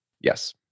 Yes